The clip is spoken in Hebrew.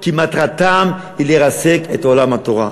כי מטרתם היא לרסק את עולם התורה.